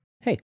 Hey